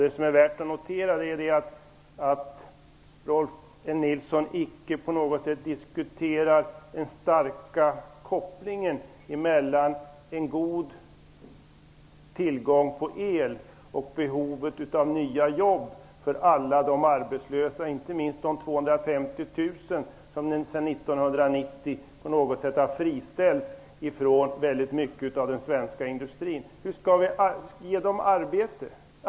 Det är värt att notera att Rolf L Nilson icke på något sätt diskuterar den starka kopplingen emellan en god tillgång på el och behovet av nya jobb för alla de arbetslösa, inte minst de 250 000 som sedan 1990 på något sätt har blivit friställda från den svenska industrin. Hur skall vi ge dem arbete?